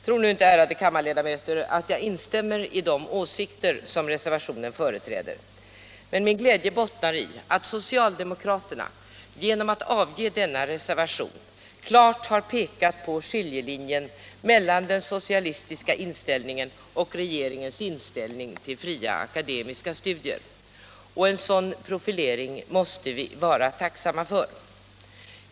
Tro nu inte, ärade kammarledamöter, att jag instämmer i de åsikter som den reservationen företräder — nej, min glädje bottnar i att socialdemokraterna genom att avge denna reservation klart har pekat på skiljelinjen mellan den socialistiska inställningen och regeringens inställning till fria akademiska studier. Och en sådan profilering måste vi vara tacksamma för.